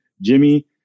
Jimmy